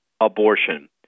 abortion